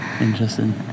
Interesting